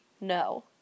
No